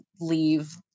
leave